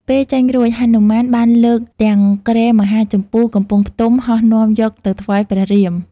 ពេលចេញរួច ហនុមានបានលើកទាំងគ្រែមហាជម្ពូកំពុងផ្ទុំ ហោះនាំយកទៅថ្វាយព្រះរាម។